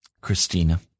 Christina